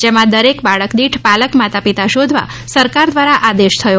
જેમાં દરેક બાળક દીઠ પાલક માતા પિતા શોધવા સરકાર દ્વારા આદેશ થયો હતો